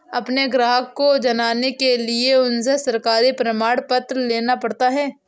अपने ग्राहक को जानने के लिए उनसे सरकारी प्रमाण पत्र लेना पड़ता है